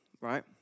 right